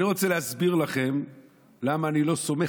אני רוצה להסביר לכם למה אני לא סומך